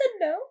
no